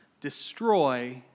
destroy